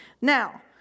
Now